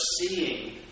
seeing